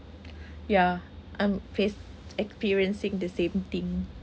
yeah I'm face experiencing the same thing